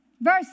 Verse